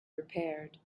repaired